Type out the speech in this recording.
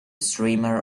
streamer